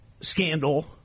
scandal